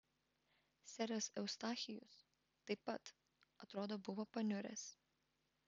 seras eustachijus taip pat atrodo buvo paniuręs